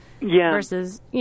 versus